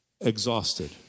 exhausted